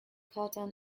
cotton